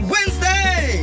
Wednesday